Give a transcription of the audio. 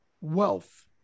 wealth